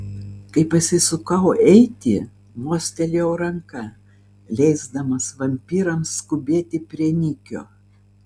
kai pasisukau eiti mostelėjau ranka leisdamas vampyrams skubėti prie nikio